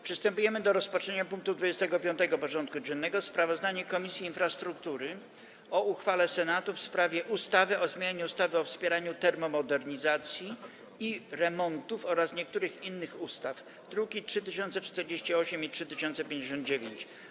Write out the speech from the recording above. Przystępujemy do rozpatrzenia punktu 25. porządku dziennego: Sprawozdanie Komisji Infrastruktury o uchwale Senatu w sprawie ustawy o zmianie ustawy o wspieraniu termomodernizacji i remontów oraz niektórych innych ustaw (druki nr 3048 i 3059)